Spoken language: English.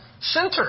center